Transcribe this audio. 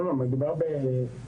לא, לא, מדובר בניתוח.